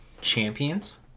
Champions